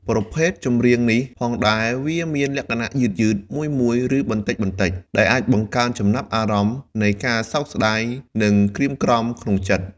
ប្រភេទចម្រៀងនេះផងដែរវាមានលក្ខណៈយឺតៗ មួយៗឬបន្ដិចៗ ដែលអាចបង្កើនចំណាប់អារម្មណ៍នៃការសោកស្តាយ និងក្រៀមក្រំក្នុងចិត្ត។